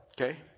Okay